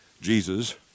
Jesus